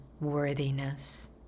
worthiness